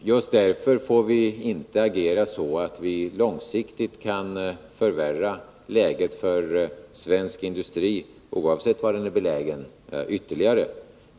Just därför får vi inte agera så, att vi långsiktigt ytterligare kan förvärra läget för svensk industri oavsett var den är belägen.